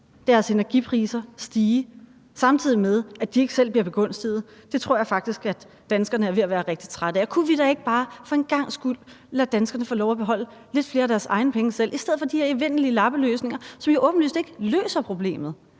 deres energipriser stige, samtidig med at de ikke selv bliver begunstiget. Det tror jeg faktisk danskerne er ved at være rigtig trætte af. Kunne vi da ikke bare for en gangs skyld lade danskerne få lov at beholde lidt flere af deres egne penge selv i stedet for de her evindelige lappeløsninger, der så åbenlyst ikke løser problemet?